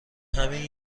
همین